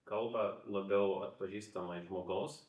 kalbą labiau atpažįstamą į žmogaus